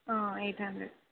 eight hundred